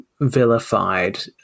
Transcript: vilified